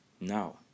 Now